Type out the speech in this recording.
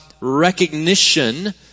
recognition